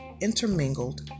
intermingled